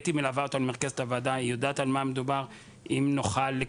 אתי מרכזת הוועדה מלווה אותנו,